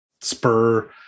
spur